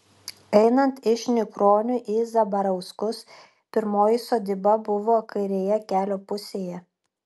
einant iš nikronių į zabarauskus pirmoji sodyba buvo kairėje kelio pusėje